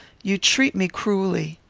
you treat me cruelly.